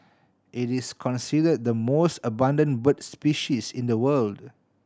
it is considered the most abundant bird species in the world